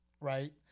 right